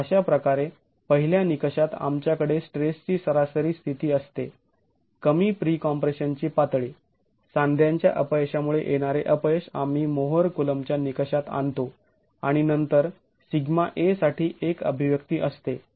तर अशाप्रकारे पहिल्या निकषात आमच्याकडे स्ट्रेसची सरासरी स्थिती असते कमी प्री कॉम्प्रेशनची पातळी सांध्यांच्या अपयशामुळे येणारे अपयश आम्ही मोहर कुलोंबच्या निकषात आणतो आणि नंतर σa साठी एक अभिव्यक्ती असते